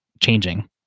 changing